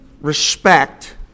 respect